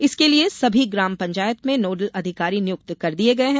इसके लिए सभी ग्राम पंचायत मे नोडल अधिकारी नियुक्त कर दिये गये हैं